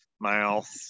mouth